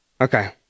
okay